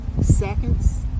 seconds